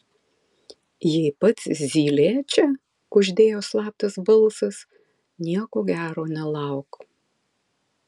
jei pats zylė čia kuždėjo slaptas balsas nieko gero nelauk